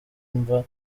mva